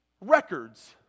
records